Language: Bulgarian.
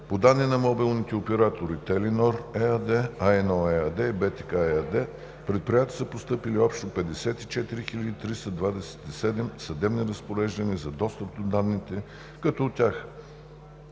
По данни от мобилните оператори – „Теленор“ ЕАД, „А1“ ЕАД и „БТК“ ЕАД в предприятията са постъпили общо 54 329 съдебни разпореждания за достъп до данни, като от тях